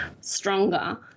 stronger